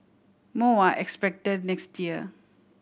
more are expected next year